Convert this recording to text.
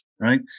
right